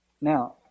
Now